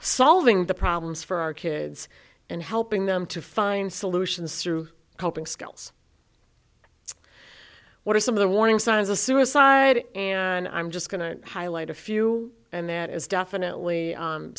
solving the problems for our kids and helping them to find solutions through coping skills what are some of the warning signs the suicide and i'm just going to highlight a few and that is definitely